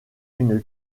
une